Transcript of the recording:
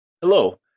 Hello